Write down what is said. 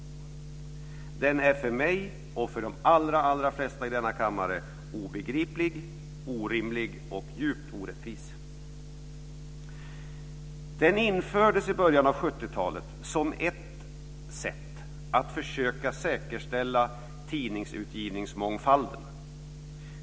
Den är för mig och för de allra flesta i denna kammare obegriplig, orimlig och djupt orättvis. Den infördes i början av 70-talet som ett sätt att försöka säkerställa tidningsutgivningsmångfalden.